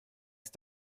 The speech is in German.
ist